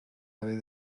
haver